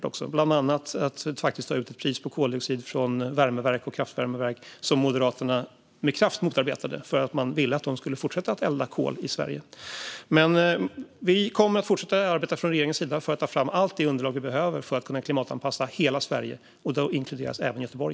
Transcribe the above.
Det gäller bland annat att ta ut ett pris på koldioxid från värmeverk och kraftvärmeverk, vilket Moderaterna motarbetade för att man ville fortsätta att elda kol i dessa kraftverk i Sverige. Vi kommer att fortsätta att arbeta från regeringens sida för att ta fram allt det underlag vi behöver för att kunna klimatanpassa hela Sverige, och där inkluderas även Göteborg.